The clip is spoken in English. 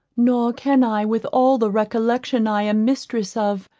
nor can i, with all the recollection i am mistress of,